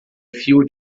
fio